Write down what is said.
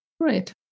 Great